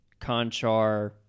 Conchar